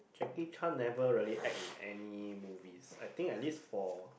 Jackie-Chan never really act in any movies I think at least for